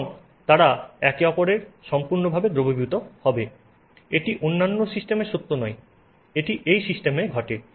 এবং তারা একে অপরের সম্পূর্ণরূপে দ্রবীভূত হবে এটি অন্যান্য সিস্টেমে সত্য নয় এটি এই সিস্টেমে ঘটে